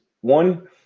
one